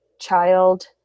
child